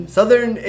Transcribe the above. Southern